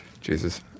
Jesus